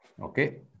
Okay